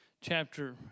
Chapter